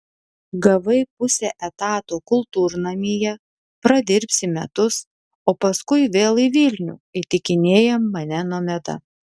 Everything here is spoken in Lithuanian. gavai pusę etato kultūrnamyje pradirbsi metus o paskui vėl į vilnių įtikinėja mane nomeda